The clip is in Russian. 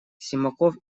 симаков